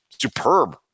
superb